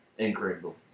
Incredible